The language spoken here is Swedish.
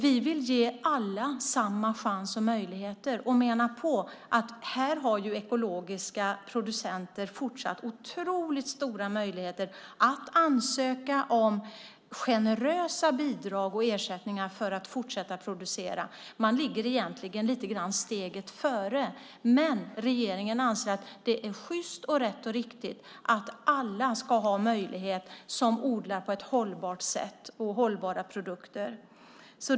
Vi vill ge alla samma chans och möjligheter och menar att ekologiska producenter fortsatt har otroligt stora möjligheter att ansöka om generösa bidrag och ersättningar för att fortsätta producera. Man ligger egentligen lite grann steget före, men regeringen anser att det är sjyst, rätt och riktigt att alla ska ha möjlighet som odlar på ett hållbart sätt och får fram hållbara produkter.